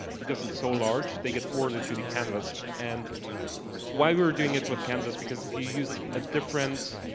because it's so large, they get forwarded to the canvas. and why we were doing it with canvas because if you use a different,